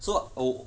so oh